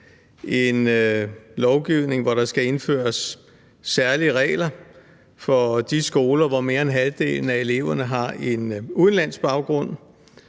en lovgivning, hvor der skal indføres særlige regler for de skoler, hvor mere end halvdelen af eleverne har en udenlandsk baggrund,